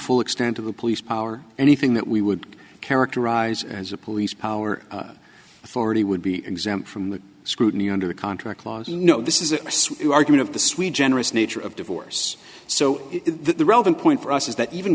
full extent of the police power anything that we would characterize as a police power authority would be exempt from the scrutiny under contract law you know this is an argument of the sweet generous nature of divorce so the relevant point for us is that even